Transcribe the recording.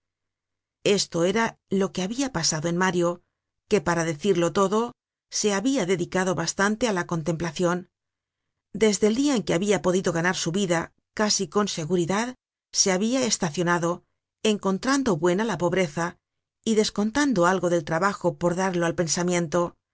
esto era lo que habia pasado en mario que para decirlo todo se habia dedicado bastante á la contemplacion desde el dia en que habia podido ganar su vida casi con seguridad se habia estacionado encontrando buena la pobreza y descontando algo del trabajo para darlo al pensamiento